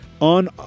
On